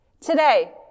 Today